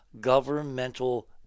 governmental